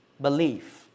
belief